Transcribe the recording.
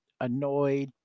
annoyed